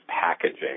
packaging